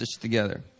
together